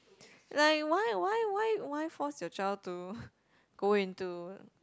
like why why why why force your child to go into